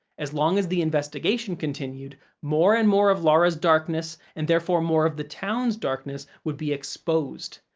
as long as the investigation continued, more and more of laura's darkness, and therefore more of the town's darkness, would be exposed.